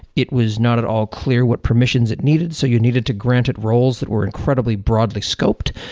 it was not at all clear what permissions it needed. so you needed to grant it roles that were incredibly broadly scoped.